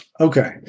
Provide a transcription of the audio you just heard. Okay